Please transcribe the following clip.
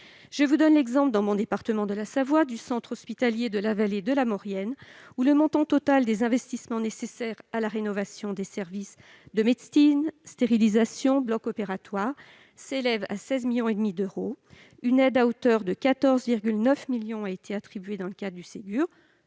Prenons l'exemple, dans mon département de la Savoie, du centre hospitalier de la vallée de la Maurienne. Le montant total des investissements nécessaires à la rénovation des services de médecine- stérilisation et blocs opératoires - s'y élève à 16,5 millions d'euros. Or une aide de 14,9 millions d'euros a bien été attribuée à l'hôpital dans le cadre du Ségur-